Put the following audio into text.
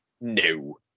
No